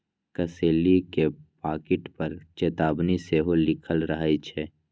कसेली के पाकिट पर चेतावनी सेहो लिखल रहइ छै